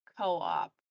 co-op